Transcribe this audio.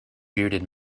bearded